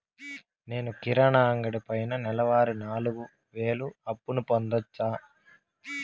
నేను కిరాణా అంగడి పైన నెలవారి నాలుగు వేలు అప్పును పొందొచ్చా?